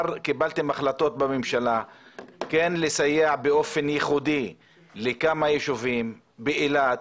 קיבלתם החלטות בממשלה כן לסייע באופן ייחודי לכמה ישובים כמו אילת,